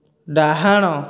ଡାହାଣ